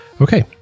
Okay